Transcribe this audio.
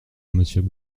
monsieur